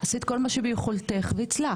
עשית כל מה שביכולתך והצלחת